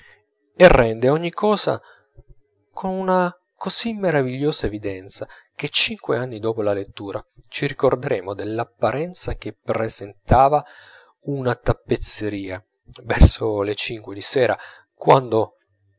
e rende ogni cosa con una così meravigliosa evidenza che cinque anni dopo la lettura ci ricorderemo dell'apparenza che presentava una tappezzeria verso le cinque di sera quando